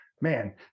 man